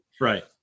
Right